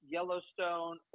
Yellowstone